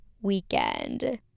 weekend